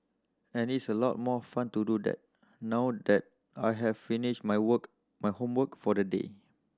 and it's a lot more fun to do that now that I have finished my work homework for the day